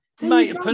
mate